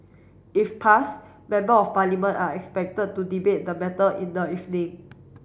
if pass Member of Parliament are expected to debate the matter in the evening